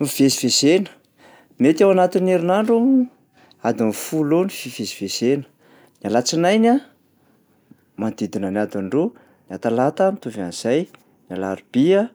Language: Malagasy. Ny fivezivezena, mety ao anatin'ny herinandro adiny folo eo ny fivezivezena. Ny alatsinainy a manodidina ny adiny roa, ny atalata mitovy an'zay, ny alarobia